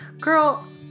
Girl